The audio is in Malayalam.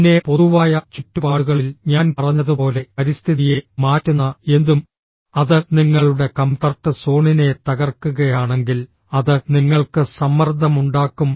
പിന്നെ പൊതുവായ ചുറ്റുപാടുകളിൽ ഞാൻ പറഞ്ഞതുപോലെ പരിസ്ഥിതിയെ മാറ്റുന്ന എന്തും അത് നിങ്ങളുടെ കംഫർട്ട് സോണിനെ തകർക്കുകയാണെങ്കിൽ അത് നിങ്ങൾക്ക് സമ്മർദ്ദമുണ്ടാക്കും